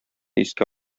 искә